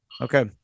Okay